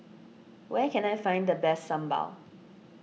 where can I find the best Sambal